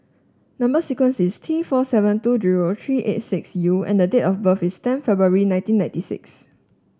number sequence is T four seven two zero three eight six U and date of birth is ten February nineteen ninety six